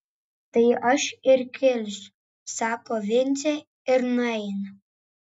tai aš ir kilsiu sako vincė ir nueina